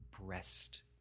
breast